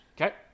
Okay